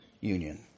union